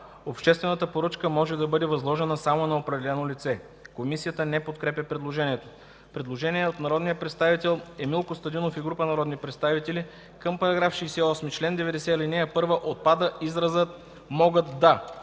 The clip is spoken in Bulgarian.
обществената поръчка може да бъде възложена само на определено лице.” Комисията не подкрепя предложението. Предложение от народния представител Емил Костадинов и група народни представители – Към § 68, чл. 90, ал. 1 отпада изразът „могат да”.